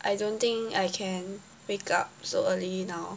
but I don't think I can wake up so early now